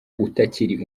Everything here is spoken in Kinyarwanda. utakiri